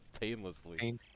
Painlessly